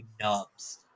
nubs